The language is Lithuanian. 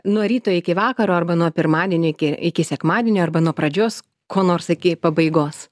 nuo ryto iki vakaro arba nuo pirmadienio iki iki sekmadienio arba nuo pradžios ko nors iki pabaigos